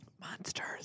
Monsters